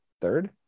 third